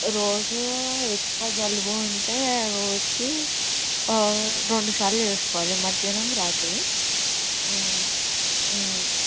రోజూ ఎక్కువ జలుబు ఉంటే రోజుకి రెండుసార్లు వేసుకోవాలి మధ్యాహ్నం రాత్రి